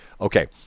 Okay